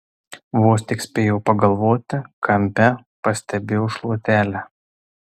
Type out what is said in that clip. vos tik spėjo pagalvoti kampe pastebėjo šluotelę